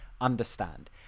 understand